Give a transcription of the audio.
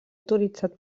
autoritzat